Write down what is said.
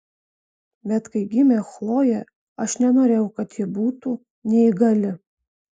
bet kai gimė chlojė aš nenorėjau kad ji būtų neįgali